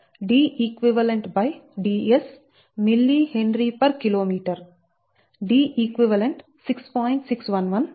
4605log DeqDs mHkm Deq 6